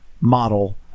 model